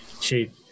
Cheap